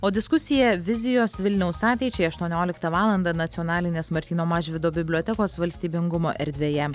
o diskusija vizijos vilniaus ateičiai aštuonioliktą valandą nacionalinės martyno mažvydo bibliotekos valstybingumo erdvėje